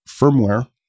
firmware